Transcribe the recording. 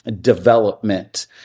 development